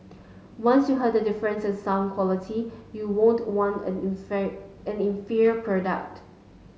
once you hear the difference in sound quality you won't want an an inferior product